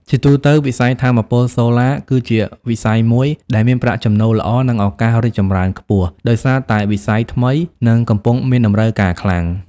ជាទូទៅ វិស័យថាមពលសូឡាគឺជាវិស័យមួយដែលមានប្រាក់ចំណូលល្អ និង ឱកាសរីកចម្រើនខ្ពស់ ដោយសារតែជាវិស័យថ្មី និងកំពុងមានតម្រូវការខ្លាំង។